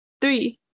Three